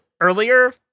earlier